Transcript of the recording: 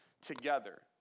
together